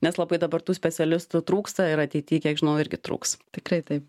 nes labai dabar tų specialistų trūksta ir ateity kiek žinau irgi truks tikrai taip